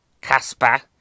Casper